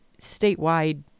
statewide